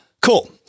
Cool